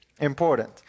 important